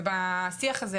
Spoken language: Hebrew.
בשיח הזה,